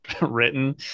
written